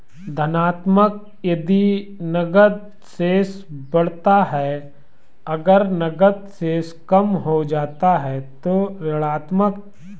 धनात्मक यदि नकद शेष बढ़ता है, अगर नकद शेष कम हो जाता है तो ऋणात्मक